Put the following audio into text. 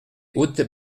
hautes